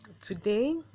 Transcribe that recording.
today